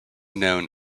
known